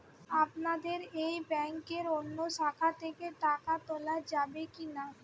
আপনাদের এই ব্যাংকের অন্য শাখা থেকে টাকা তোলা যাবে কি না?